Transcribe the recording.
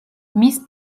მის